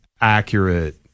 accurate